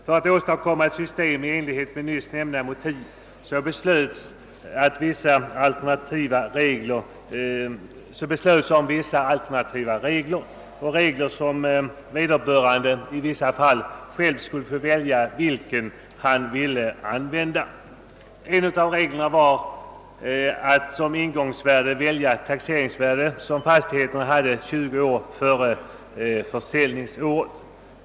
För att åstadkomma ett system i enlighet med nyssnämnda motiv antogs vissa alternativa regler. Vederbörande skulle i vissa fall själv få välja vilken regel han ville använda. En av dessa regler var att som ingångsvärde välja det taxeringsvärde fastigheten hade 20 år före försäljningsåret.